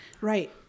right